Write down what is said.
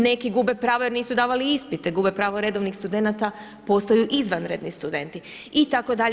Neki gube pravo jer nisu davali ispite gube pravo redovnih studenata, postaju izvanredni studenti itd.